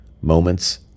moments